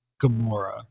Gamora